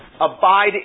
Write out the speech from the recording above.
abide